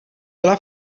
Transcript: byla